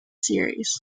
series